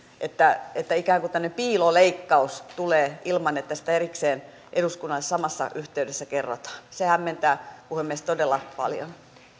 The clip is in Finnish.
että että ikään kuin tämmöinen piiloleikkaus tulee ilman että siitä erikseen eduskunnalle samassa yhteydessä kerrotaan se hämmentää puhemies todella paljon